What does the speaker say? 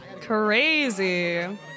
Crazy